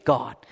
God